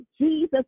Jesus